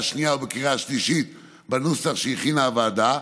השנייה ובקריאה השלישית בנוסח שהכינה הוועדה.